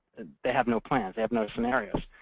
they have no plans. they have no scenarios.